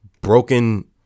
broken